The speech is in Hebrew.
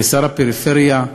כשר הפריפריה,